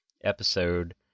episode